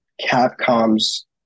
capcom's